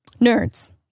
Nerds